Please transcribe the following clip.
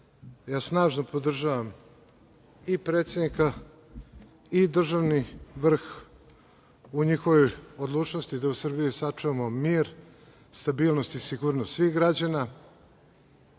ja snažno podržavam i predsednika i državni vrh u njihovoj odlučnosti da u Srbiji sačuvamo mir, stabilnost i sigurnost svih građana.